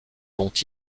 dont